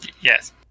Yes